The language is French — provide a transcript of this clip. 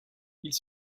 ils